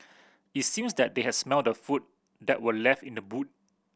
it seemed that they had smelt the food that were left in the boot